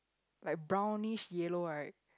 like brownish yellow right